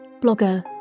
blogger